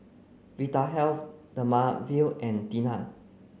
Vitahealth Dermaveen and Tena